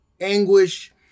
anguish